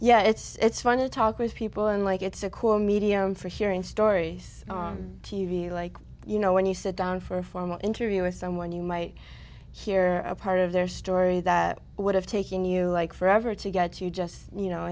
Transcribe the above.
h it's fun to talk with people and like it's a cool medium for hearing stories on t v like you know when you sit down for a formal interview with someone you might hear a part of their story that would have taken you like forever to get you just you